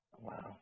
Wow